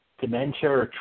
dementia